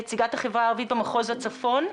נציגת החברה הערבית במחוז הצפון,